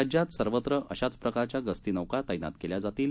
राज्यातसर्वत्रअशाचप्रकार च्यागस्तीनौकातैनातकेल्याजातील